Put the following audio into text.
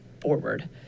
forward